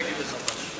אני אגיד לך משהו.